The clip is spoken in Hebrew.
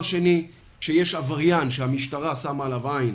כשיש עבריין שהמשטרה שמה עליו עין,